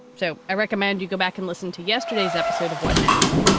so i recommend you go back and listen to yesterday's episode of what next?